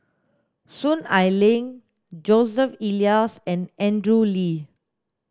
Soon Ai Ling Joseph Elias and Andrew Lee